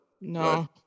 no